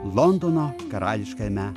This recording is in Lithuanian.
londono karališkajame